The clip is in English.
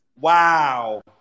Wow